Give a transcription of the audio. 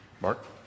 Mark